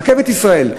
ברכבת ישראל,